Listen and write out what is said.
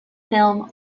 film